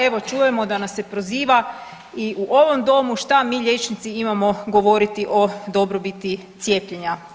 Eto, čujemo da nas se proziva i u ovom domu što mi liječnici imamo govoriti o dobrobiti cijepljenja.